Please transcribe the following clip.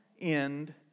end